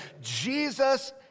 Jesus